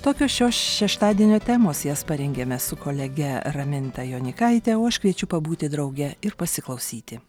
tokios šio šeštadienio temos jas parengėme su kolege raminta jonikaite o aš kviečiu pabūti drauge ir pasiklausyti